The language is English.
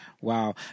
Wow